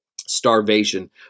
starvation